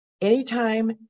anytime